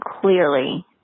Clearly